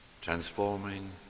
transforming